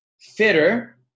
fitter